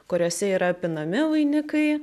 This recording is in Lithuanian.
kuriose yra pinami vainikai